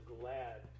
glad